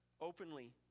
openly